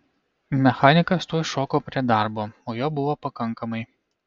mechanikas tuoj šoko prie darbo o jo buvo pakankamai